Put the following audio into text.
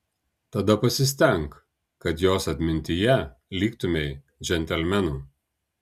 tada pasistenk kad jos atmintyje liktumei džentelmenu